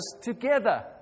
together